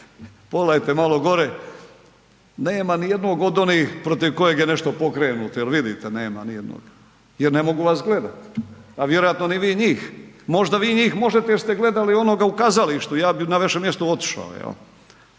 pogledajte malo gore, nema nijednog od onih protiv kojih je nešto pokrenuto, jel vidite, nema nijednog jer ne mogu vas gledat. A vjerojatno ni vi njih, možda vi njih možete jer ste gledali onoga u kazalištu, ja bi na vašem mjestu otišao,